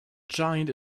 giant